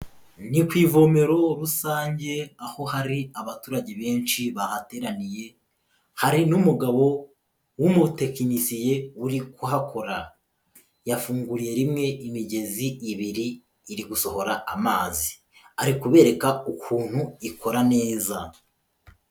Ni ku ivomero rusange aho hari abaturage benshi bahateraniye. Hari n'umugabo w'umutekinisiye uri kuhakora, yafunguye rimwe imigezi ibiri iri gusohora amazi, ari kubereka ukuntu ikora neza.